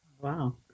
Wow